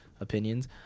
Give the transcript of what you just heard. opinions